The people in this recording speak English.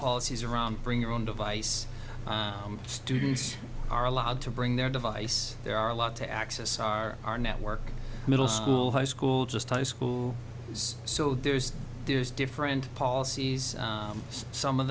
policies around bring your own device students are allowed to bring their device there are a lot to access our our network middle school high school just high school is so there's there's different policies some of